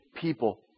people